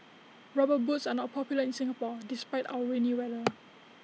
rubber boots are not popular in Singapore despite our rainy weather